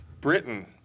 Britain